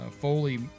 Foley